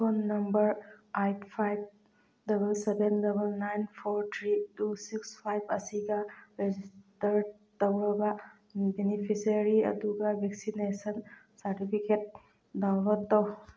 phone number eight five double seven double nine four three two six five ꯑꯁꯤꯒ register ꯇꯧꯔꯕ beneficiary ꯑꯗꯨꯒ vaccination certificate download ꯇꯧ